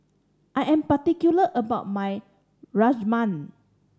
I am particular about my Rajma